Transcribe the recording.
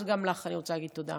אז גם לך אני רוצה להגיד תודה.